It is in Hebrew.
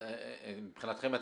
מבחינתכם,